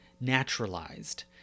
naturalized